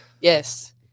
Yes